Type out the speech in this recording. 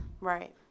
Right